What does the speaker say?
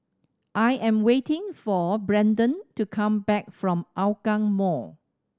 I am waiting for Brendan to come back from Hougang Mall